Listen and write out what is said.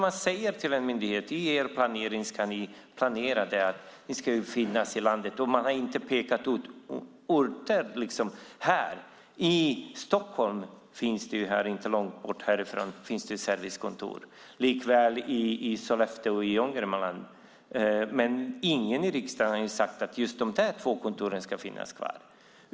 Man säger till en myndighet att de i sin planering ska lägga in att de ska finnas ute i landet. Man har inte pekat ut orter. I Stockholm finns det servicekontor, liksom i Sollefteå i Ångermanland, men ingen i riksdagen har sagt att just de två kontoren ska finnas kvar.